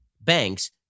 banks